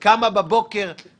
ואתה מסכים למועדים הקודמים?